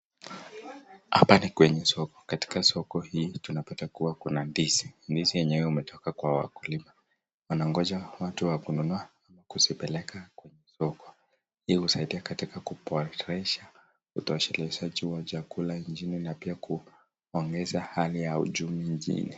Hapa ni kwenye soko. Katika soko hii tunaona kuna ndizi, ndizi yenyewe imetoka kwa wakulima. Anangoja watu wa kununua kuzipeleka kwa soko. Hii husaidia katika kuporesha utozeleshaji wa chakula njini na pia kuongeza hali ya uchumi nchini